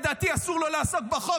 לדעתי אסור לו לעסוק בחוק,